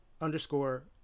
underscore